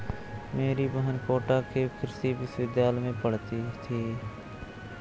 मेरी बहन कोटा के कृषि विश्वविद्यालय में पढ़ती थी